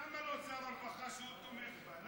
למה לא שר הרווחה, שהוא תומך בה?